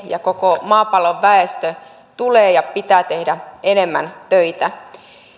ja koko maapallon väestön tulee ja pitää tehdä enemmän töitä